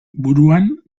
buruan